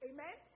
Amen